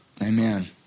Amen